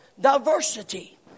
diversity